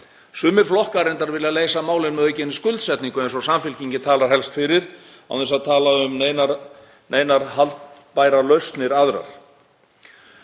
Sumir flokkar vilja reyndar leysa málin með aukinni skuldsetningu eins og Samfylkingin talar helst fyrir án þess að tala um neinar haldbærar lausnir aðrar.